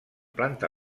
planta